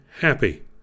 happy